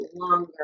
longer